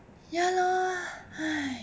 ya lor !hais!